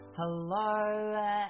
Hello